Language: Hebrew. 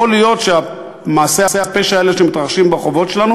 יכול להיות שמעשי הפשע האלה שמתרחשים ברחובות שלנו